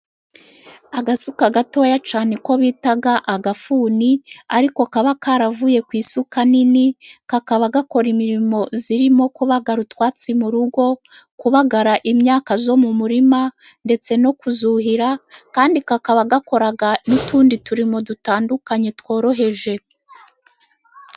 Agasuka gatoya cyane niko ko bita agafuni, ariko kaba karavuye ku isuka nini. Kakaba gakora imirimo irimo kubagara utwatsi mu rugo, kubagara imyaka yo mu murima, ndetse no kuyuhira. Kandi kakaba gakora n'utundi turimo dutandukanye tworoheje.